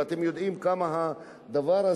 ואתם יודעים כמה זה אקטואלי,